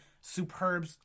superb